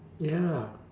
ya